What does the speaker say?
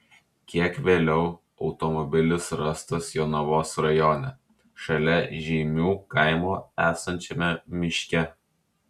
kiek vėliau automobilis rastas jonavos rajone šalia žeimių kaimo esančiame miške